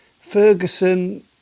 Ferguson